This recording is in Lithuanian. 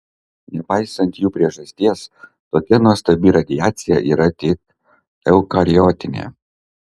nepaisant jų priežasties tokia nuostabi radiacija yra tik eukariotinė